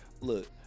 Look